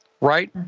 right